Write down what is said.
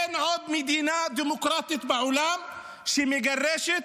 אין עוד מדינה דמוקרטית בעולם שמגרשת